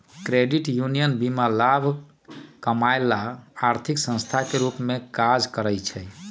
credit union बीना लाभ कमायब ला आर्थिक संस्थान के रूप में काज़ करइ छै